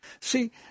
See